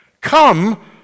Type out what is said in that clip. come